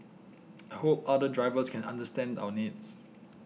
I hope other drivers can understand our needs